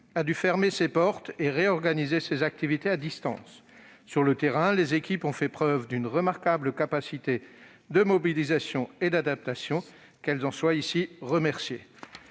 a dû fermer ses portes et réorganiser ses activités à distance. Sur le terrain, les équipes ont fait preuve d'une remarquable capacité de mobilisation et d'adaptation. Qu'elles en soient ici remerciées